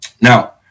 Now